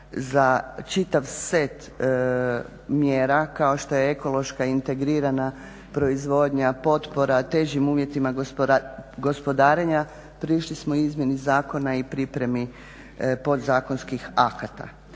za čitav set mjera kao što je ekološka, integrirana proizvodnja, potpora težim uvjetima gospodarenja prišli smo izmjeni zakona i pripremi podzakonskih akata.